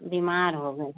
बीमार हो गए